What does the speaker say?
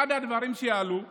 אחד הדברים שיעלו הוא